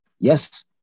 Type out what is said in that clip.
Yes